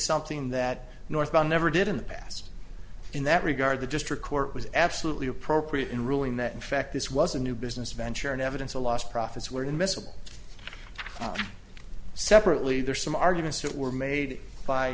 something that northbound never did in the past in that regard the district court was absolutely appropriate in ruling that in fact this was a new business venture and evidence of lost profits were in miscible separately there are some arguments that were made by